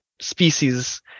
species